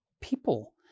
people